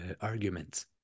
arguments